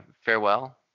farewell